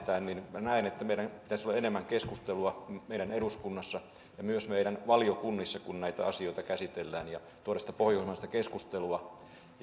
ja näen että meillä pitäisi olla enemmän tätä keskustelua meidän eduskunnassa ja myös meidän valiokunnissa kun näitä asioita käsitellään ja pitäisi tuoda sitä pohjoismaista keskustelua